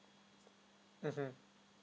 mmhmm